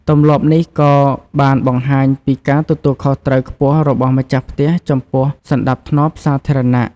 ទម្លាប់នេះក៏បានបង្ហាញពីការទទួលខុសត្រូវខ្ពស់របស់ម្ចាស់ផ្ទះចំពោះសណ្តាប់ធ្នាប់សាធារណៈ។